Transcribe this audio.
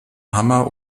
hammer